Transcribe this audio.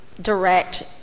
direct